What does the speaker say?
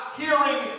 hearing